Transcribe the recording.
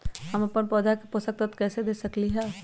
हम अपन पौधा के पोषक तत्व कैसे दे सकली ह?